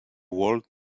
walled